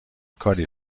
کاری